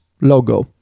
logo